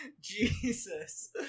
Jesus